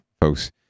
folks